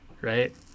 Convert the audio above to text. Right